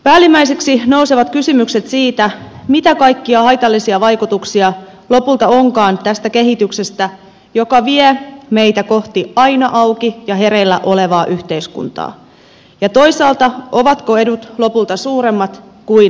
päällimmäiseksi nousevat kysymykset siitä mitä kaikkia haitallisia vaikutuksia lopulta onkaan tästä kehityksestä joka vie meitä kohti aina auki ja hereillä olevaa yhteiskuntaa ja toisaalta ovatko edut lopulta suuremmat kuin haittapuolet